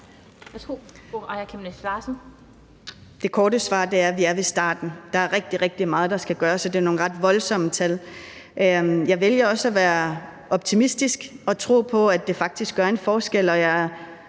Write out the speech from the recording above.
Det korte svar er, at vi er ved starten. Der er rigtig, rigtig meget, der skal gøres, og det er nogle ret voldsomme tal. Jeg vælger også at være optimistisk og tro på, at det faktisk gør en forskel,